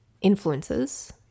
influences